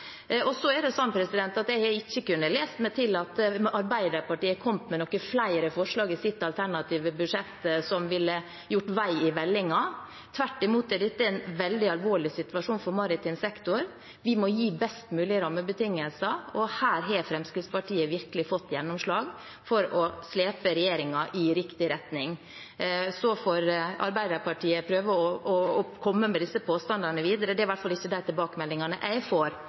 Jeg har ikke kunnet lese meg til at Arbeiderpartiet har kommet med noen flere forslag i sitt alternative budsjett som ville gjort vei i vellinga. Tvert imot er dette en veldig alvorlig situasjon for maritim sektor. Vi må gi best mulige rammebetingelser, og her har Fremskrittspartiet virkelig fått gjennomslag for å slepe regjeringen i riktig retning. Så får Arbeiderpartiet prøve å komme med disse påstandene videre, det er i hvert fall ikke de tilbakemeldingene jeg får fra Sunnmøre, der jeg har mange kontakter. Framstegspartiet har sidan 2013 vore partiet for